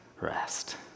rest